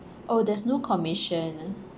oh there's no commission